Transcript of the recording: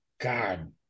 god